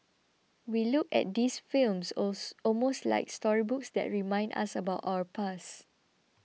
we look at these films almost like storybooks that remind us about our past